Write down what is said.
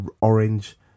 orange